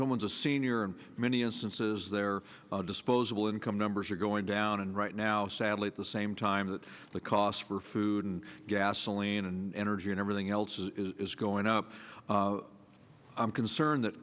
someone's a senior in many instances their disposable income numbers are going down and right now sadly at the same time that the cost for food and gasoline and energy and everything else is going up i'm concerned that